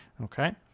Okay